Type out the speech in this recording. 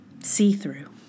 See-Through